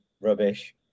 rubbish